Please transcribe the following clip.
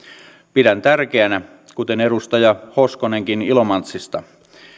pidän tärkeänä kuten edustaja hoskonenkin ilomantsista